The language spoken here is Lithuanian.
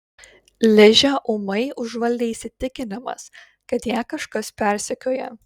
ližę ūmai užvaldė įsitikinimas kad ją kažkas persekioja